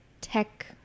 tech